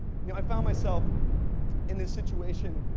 you know i found myself in this situation.